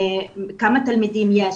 כמה תלמידים יש,